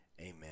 Amen